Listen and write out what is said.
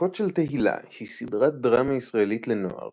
דקות של תהילה היא סדרת דרמה ישראלית לנוער